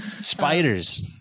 Spiders